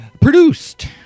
Produced